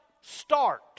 start